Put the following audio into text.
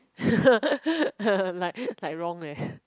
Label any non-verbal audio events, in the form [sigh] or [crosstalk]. [laughs] like like wrong leh